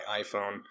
iPhone